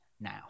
now